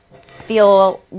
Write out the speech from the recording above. feel